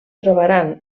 trobaran